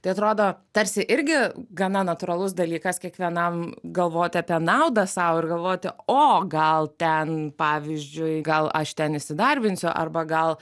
tai atrodo tarsi irgi gana natūralus dalykas kiekvienam galvoti apie naudą sau ir galvoti o gal ten pavyzdžiui gal aš ten įsidarbinsiu arba gal